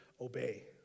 obey